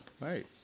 right